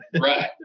Right